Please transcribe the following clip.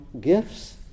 gifts